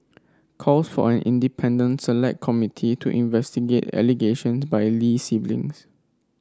calls for an independent select committee to investigate allegations by Lee siblings